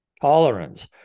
tolerance